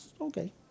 Okay